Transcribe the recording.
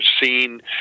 seen